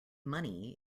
money